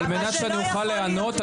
על מנת שאני אוכל לענות,